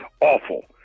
awful